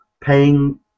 paying